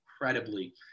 incredibly